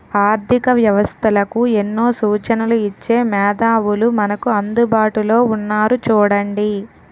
ఆర్థిక వ్యవస్థలకు ఎన్నో సూచనలు ఇచ్చే మేధావులు మనకు అందుబాటులో ఉన్నారు చూడండి